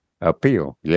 Appeal